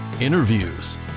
interviews